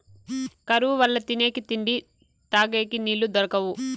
కరువు వల్ల తినేకి తిండి, తగేకి నీళ్ళు దొరకవు